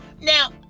Now